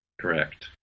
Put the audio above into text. Correct